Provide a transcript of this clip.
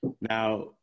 Now